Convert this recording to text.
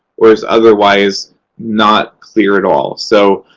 or is otherwise not clear at all. so,